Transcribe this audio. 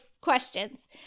questions